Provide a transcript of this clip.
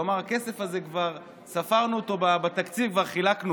הוא אמר שהכסף כבר נספר בתקציב וחולק.